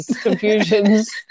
confusions